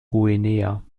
guinea